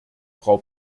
frau